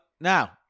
Now